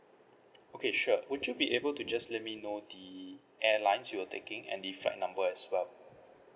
okay sure would you be able to just let me know the airlines you were taking and the flight number as well